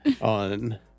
on